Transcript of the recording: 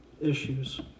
issues